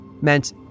meant